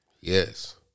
Yes